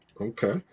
Okay